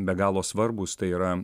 be galo svarbūs tai yra